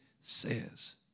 says